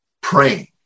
praying